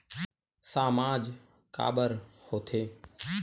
सामाज काबर हो थे?